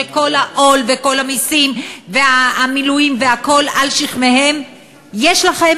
שכל העול וכל המסים והמילואים והכול על שכמיהם: יש לכם